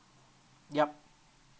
yup